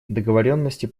договоренности